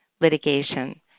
litigation